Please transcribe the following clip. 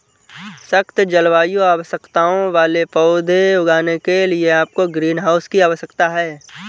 सख्त जलवायु आवश्यकताओं वाले पौधे उगाने के लिए आपको ग्रीनहाउस की आवश्यकता है